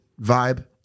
vibe